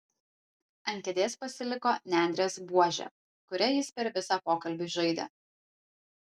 ant kėdės pasiliko nendrės buožė kuria jis per visą pokalbį žaidė